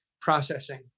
processing